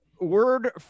word